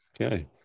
Okay